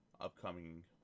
upcoming